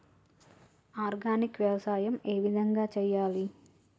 Organic వ్యవసాయం ఏ విధంగా చేయాలి?